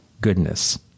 goodness